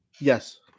Yes